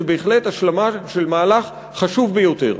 זו בהחלט השלמה של מהלך חשוב ביותר.